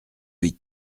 huit